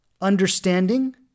understanding